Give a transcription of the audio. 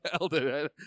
elder